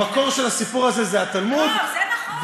המקור של הסיפור הזה הוא התלמוד, לא, זה נכון.